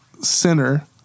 center